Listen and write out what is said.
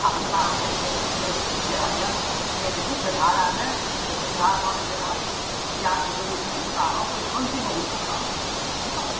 आ हुनका हम जे छै से जे अध्ययनके जे मुख्यधारामे जे प्रतिभावान मेधावी विद्यार्थीके रूपमे हुनका हम ओहि पंक्तिमे हुनका हम